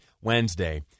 Wednesday